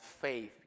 faith